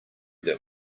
that